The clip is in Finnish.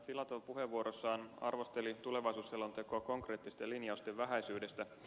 filatov puheenvuorossaan arvosteli tulevaisuusselontekoa konkreettisten linjausten vähäisyydestä